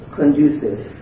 conducive